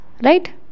right